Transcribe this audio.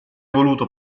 voluto